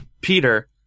Peter